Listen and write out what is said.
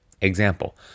example